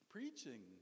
Preaching